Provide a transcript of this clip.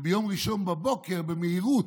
וביום ראשון בבוקר, במהירות,